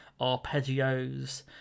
arpeggios